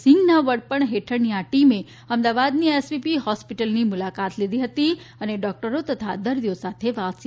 સિંઘ ના વડપણ હેઠળની આ ટીમે અમદાવાદની એસવીપી હોસ્પિટલની મુલાકાત લીધી હતી અને ડોક્ટરો તથા દર્દીઓ સાથે વાતચીત કરી હતી